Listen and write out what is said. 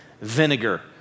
vinegar